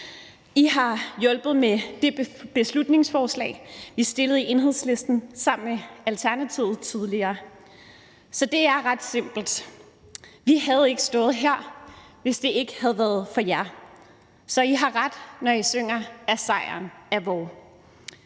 I har hjulpet med det beslutningsforslag, vi i Enhedslisten tidligere fremsatte sammen med Alternativet. Så det er ret simpelt. Vi havde ikke stået her, hvis det ikke havde været for jer. Så I har ret, når I synger, at sejren er vor.